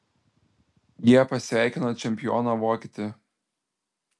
jie pasveikino čempioną vokietį